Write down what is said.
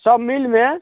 सब मीलमे